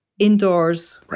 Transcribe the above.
indoors